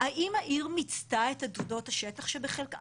האם העיר מיצתה את עתודות השטח שבחלקה?